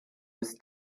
his